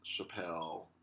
Chappelle